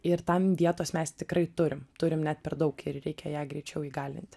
ir tam vietos mes tikrai turim turim net per daug ir reikia ją greičiau įgalint